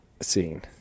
scene